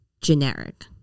generic